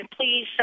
please